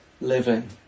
living